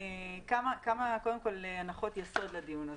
כמה הנחות יסוד לדיון הזה.